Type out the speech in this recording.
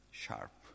sharp